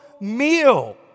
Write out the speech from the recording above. meal